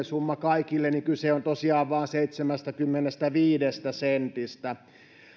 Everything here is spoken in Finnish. summa kaikille niin kyse on tosiaan vain seitsemästäkymmenestäviidestä sentistä